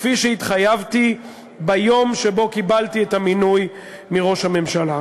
כפי שהתחייבתי ביום שבו קיבלתי את המינוי מראש הממשלה.